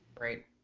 Right